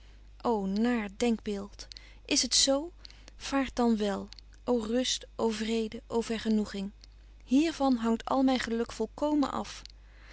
ô naar denkbeeld is het zo vaart dan wel ô rust ô vrede ô vergenoeging hier van hangt al myn geluk volkomen af